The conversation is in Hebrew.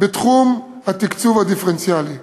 בתחום התקצוב הדיפרנציאלי.